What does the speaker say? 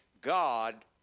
God